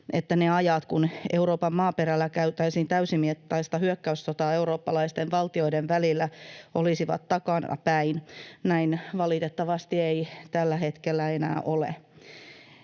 että ne ajat, kun Euroopan maaperällä käydään täysimittaista hyökkäyssotaa eurooppalaisten valtioiden välillä, olisivat takanapäin. Näin valitettavasti ei tällä hetkellä enää ole.